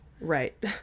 right